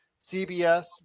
CBS